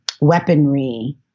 weaponry